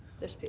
this piece.